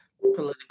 political